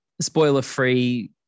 Spoiler-free